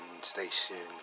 station